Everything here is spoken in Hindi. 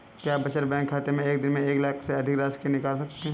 क्या बचत बैंक खाते से एक दिन में एक लाख से अधिक की राशि निकाल सकते हैं?